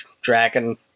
dragon